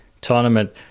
tournament